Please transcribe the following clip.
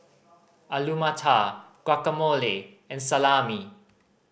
Alu Matar Guacamole and Salami